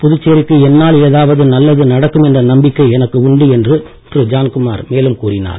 புதுச்சேரிக்கு என்னால் எதாவது நன்மை நடக்கும் என்ற நம்பிக்கை எனக்கு உண்டு என்றும் திரு ஜான்குமார் குறிப்பிட்டார்